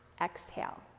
exhale